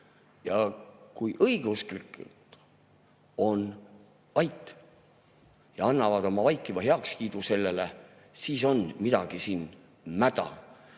Ja kui õigeusklikud on vait ja annavad oma vaikiva heakskiidu sellele, siis on siin midagi mäda.